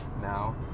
now